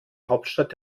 hauptstadt